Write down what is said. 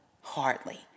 Hardly